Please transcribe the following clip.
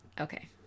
Okay